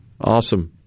Awesome